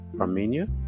Armenia